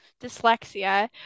dyslexia